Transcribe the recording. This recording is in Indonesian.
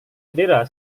jendela